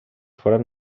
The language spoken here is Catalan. foren